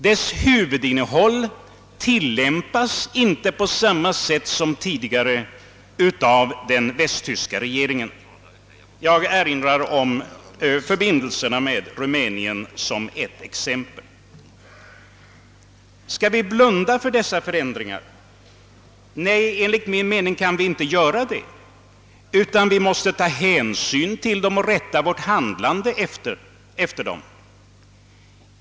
Dess huvudinnehåll tillämpas inte på samma sätt som tidigare av den västtyska regeringen. Förbindelserna med Rumänien är ett exempel härpå. Skall vi blunda för dessa förändringar? Nej, enligt min mening kan vi inte göra det, utan vi måste ta hänsyn till dem och rätta vårt handlande efter dem.